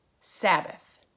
Sabbath